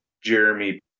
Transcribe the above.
Jeremy